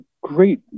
great